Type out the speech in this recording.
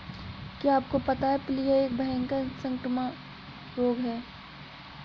क्या आपको पता है प्लीहा एक भयानक संक्रामक रोग है?